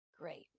Great